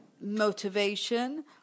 motivation